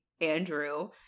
Andrew